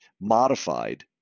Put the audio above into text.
modified